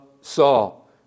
Saul